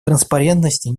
транспарентности